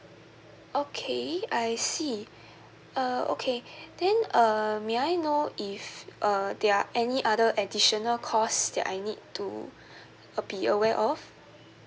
okay I see uh okay then uh may I know if uh there are any other additional cost that I need to uh be aware of